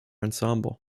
ensemble